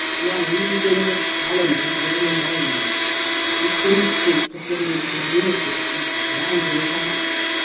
we are losing the talent of living alone the instinct of living in communities is driving it out.